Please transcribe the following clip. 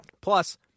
Plus